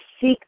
seek